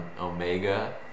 Omega